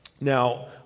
Now